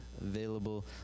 available